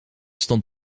stond